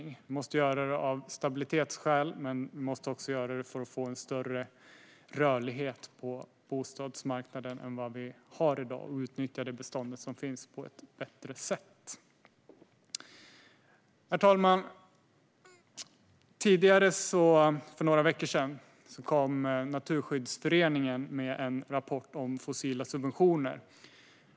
Vi måste göra det av stabilitetsskäl och för att få en större rörlighet på bostadsmarknaden än i dag, så att vi kan utnyttja det bostadsbestånd som finns på ett bättre sätt. Herr talman! För några veckor sedan kom Naturskyddsföreningen med en rapport om fossila subventioner.